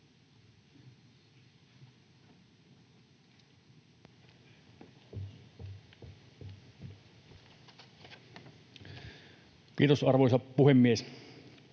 Kiitos, arvoisa puhemies!